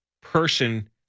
person